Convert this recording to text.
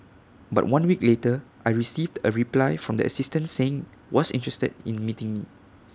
but one week later I received A reply from the assistant saying was interested in meeting me